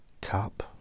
cup